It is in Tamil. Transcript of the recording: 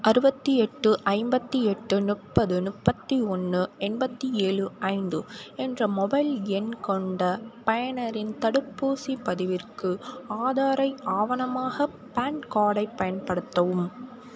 அறுபத்தி எட்டு ஐம்பத்தி எட்டு முப்பது முப்பத்தி ஒன்று எண்பத்தி ஏழு ஐந்து என்ற மொபைல் எண் கொண்ட பயனரின் தடுப்பூசிப் பதிவிற்கு ஆதார ஆவணமாக பான் கார்டை பயன்படுத்தவும்